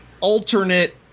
alternate